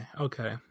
okay